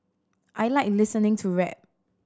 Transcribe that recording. I like listening to rap